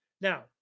Now